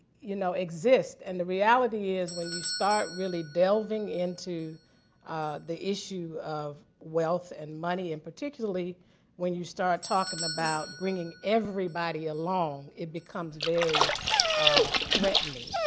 you know exist. and the reality is when you start really delving into the issue of wealth and money and particularly when you start talking about bringing everybody along, it becomes very threatening.